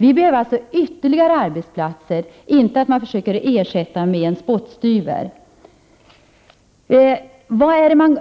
Vi behöver alltså nya arbetsplatser —- inte att man försöker ersätta arbeten med en spottstyver. Vad är det man